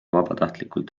vabatahtlikult